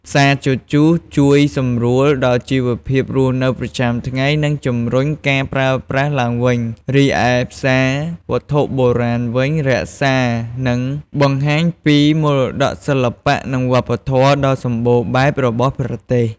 ផ្សារជជុះជួយសម្រួលដល់ជីវភាពរស់នៅប្រចាំថ្ងៃ និងជំរុញការប្រើប្រាស់ឡើងវិញ រីឯផ្សារវត្ថុបុរាណវិញ រក្សា និងបង្ហាញពីមរតកសិល្បៈ និងវប្បធម៌ដ៏សម្បូរបែបរបស់ប្រទេស។